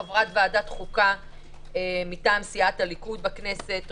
הוועדה הבין משרדית בראשות המשרד לביטחון פנים ביקשה לתקן את